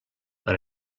per